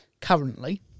currently